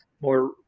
more